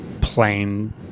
plain